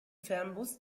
fernbus